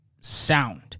sound